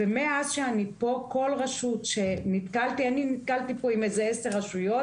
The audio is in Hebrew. מאז שאני פה נתקלתי עם איזה עשר רשויות